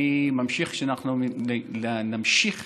אנחנו נמשיך